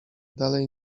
dalej